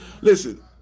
Listen